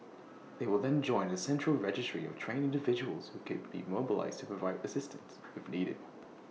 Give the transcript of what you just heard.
they will then join A central registry of trained individuals who can be mobilised to provide assistance if needed